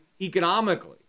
economically